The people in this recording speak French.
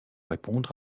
répondre